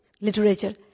literature